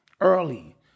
Early